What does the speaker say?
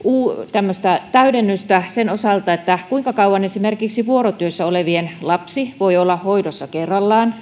täydennystä sen määrittelyn osalta kuinka kauan esimerkiksi vuorotyössä olevien lapsi voi olla hoidossa kerrallaan